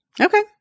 Okay